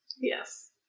Yes